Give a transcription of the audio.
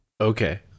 Okay